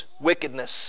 wickedness